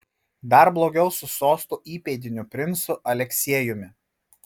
dar blogiau su sosto įpėdiniu princu aleksiejumi